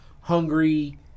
hungry